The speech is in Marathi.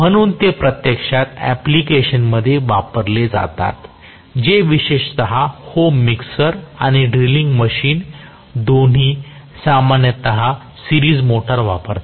म्हणून ते प्रत्यक्षात अँप्लिकेशन मध्ये वापरले जातात जे विशेषत होम मिक्सर आणि ड्रिलिंग मशीन दोन्ही सामान्यतः सिरीज मोटर वापरतात